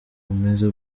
umeze